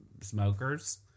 smokers